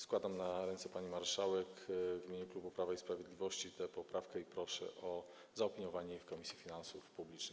Składam na ręce pani marszałek w imieniu klubu Prawo i Sprawiedliwość tę poprawkę i proszę o zaopiniowanie jej w Komisji Finansów Publicznych.